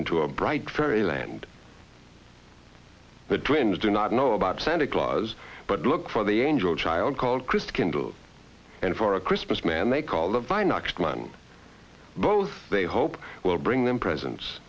into a bright fairyland but twins do not know about santa claus but look for the angel child called christe kindle and for a christmas man they call a vine oxman both they hope will bring them presents